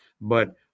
but-